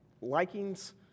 likings